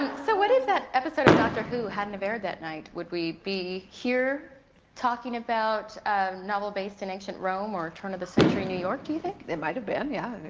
so what if that episode of dr. who hadn't aired that night? would we be here talking about a novel based in ancient rome, or turn-of-the-century new york, do you think? it might have been, yeah.